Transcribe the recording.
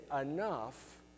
enough